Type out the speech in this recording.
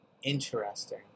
interesting